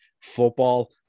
football